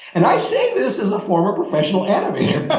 and i say this as a form of professional animator. but